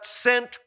sent